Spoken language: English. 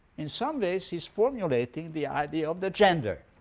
in some ways he's formulating the idea of the gender.